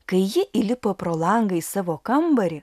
kai ji įlipo pro langą į savo kambarį